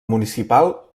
municipal